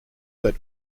that